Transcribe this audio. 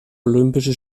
olympische